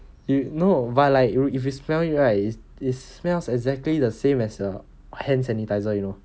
wait no but like you if you smell it right it smells exactly the same as a hand sanitiser you know